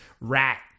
rat